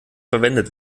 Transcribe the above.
verwendet